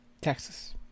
Texas